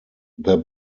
their